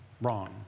wrong